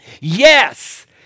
Yes